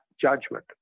judgment